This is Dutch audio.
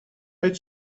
uit